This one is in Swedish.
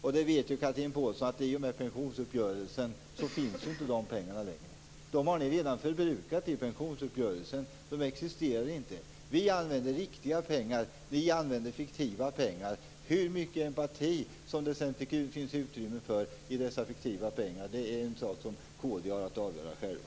Chatrine Pålsson vet att i och med pensionsuppgörelsen finns inte de pengarna längre. De har ni redan förbrukat i pensionsuppgörelsen. De existerar inte. Vi använder riktiga pengar. Ni använder fiktiva pengar. Hur mycket empati som det sedan finns utrymme för genom dessa fiktiva pengar är en sak som ni i kd har att avgöra själva.